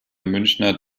münchner